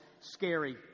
scary